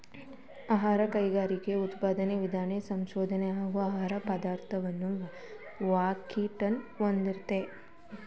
ಆಹಾರ ಕೈಗಾರಿಕೆಯು ಉತ್ಪಾದನೆ ವಿತರಣೆ ಸಂಸ್ಕರಣೆ ಹಾಗೂ ಆಹಾರ ಪದಾರ್ಥದ್ ಪ್ಯಾಕಿಂಗನ್ನು ಹೊಂದಯ್ತೆ